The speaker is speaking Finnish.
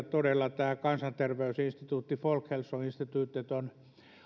todella tämä kansanterveysinstituutti folkhälsoinstitutet